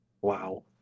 wow